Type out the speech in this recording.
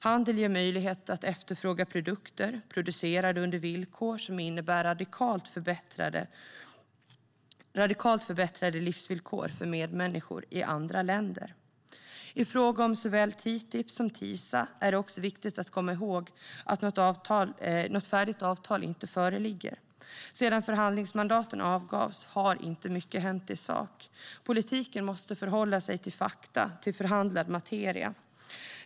Handel ger möjlighet att efterfråga produkter producerade under villkor som innebär radikalt förbättrade livsvillkor för medmänniskor i andra länder. I fråga om såväl TTIP som TISA är det också viktigt att komma ihåg att något färdigt avtal inte föreligger. Sedan förhandlingsmandaten avgavs har inte mycket i sak hänt. Politiken måste förhålla sig till fakta och till förhandlad materia.